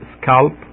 scalp